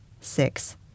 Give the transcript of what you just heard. six